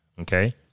Okay